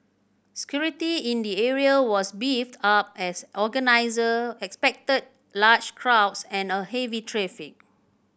security in the area was beefed up as organiser expected large crowds and a heavy traffic